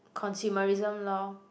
consumerism lor